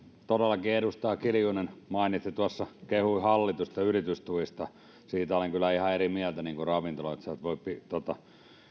todellakin edustaja kiljunen tuossa kehui hallitusta yritystuista ja siitä olen kyllä ihan eri mieltä niin kuin ravintoloitsijat voivat tuota